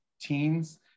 teens